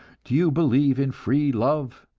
do you believe in free love?